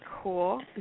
cool